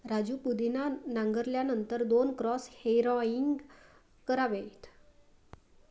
राजू पुदिना नांगरल्यानंतर दोन क्रॉस हॅरोइंग करावेत